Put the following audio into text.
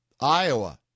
Iowa